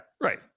right